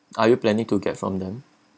are you planning to get from them